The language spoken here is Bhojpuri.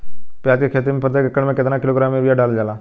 प्याज के खेती में प्रतेक एकड़ में केतना किलोग्राम यूरिया डालल जाला?